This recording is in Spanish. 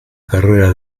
carrera